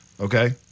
okay